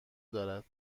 دارد